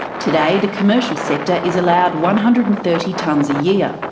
today the commercial sector is allowed one hundred and thirty tonnes a year.